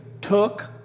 took